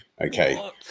Okay